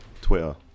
Twitter